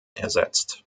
ersetzt